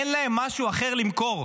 אין להם משהו אחר למכור.